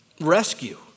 rescue